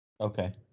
Okay